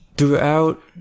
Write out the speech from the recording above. Throughout